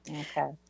Okay